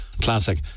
classic